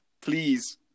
please